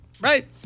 Right